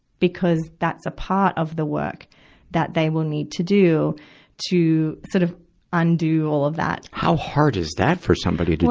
because that's a part of the work that they will need to do to sort of undo all of that. how hard is that for somebody to do?